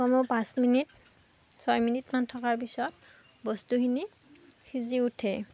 কমেও পাঁচ মিনিট ছয় মিনিটমান থকাৰ পিছত বস্তুখিনি সিজি উঠে